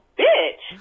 bitch